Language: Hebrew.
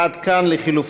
עד כאן לחלופין.